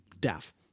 daff